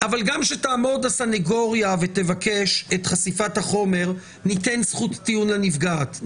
אבל גם כשתעמוד הסנגוריה ותבקש את חשיפת החומר ניתן זכות טיעון לנפגעת,